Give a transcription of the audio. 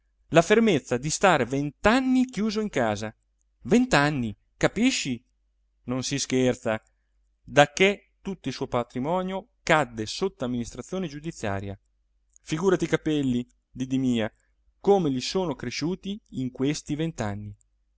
la fermezza di star vent'anni chiuso in casa vent'anni capisci non si scherza dacché tutto il suo patrimonio cadde sotto amministrazione giudiziaria figurati i capelli didì mia come gli sono cresciuti in questi